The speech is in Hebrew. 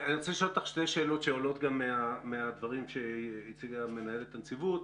אני רוצה לשאול אותך שתי שאלות שעולות גם מהדברים שהציגה מנהלת הנציבות.